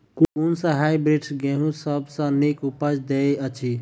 कुन सँ हायब्रिडस गेंहूँ सब सँ नीक उपज देय अछि?